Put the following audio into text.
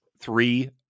three